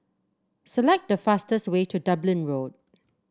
select the fastest way to Dublin Road